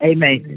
Amen